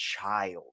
child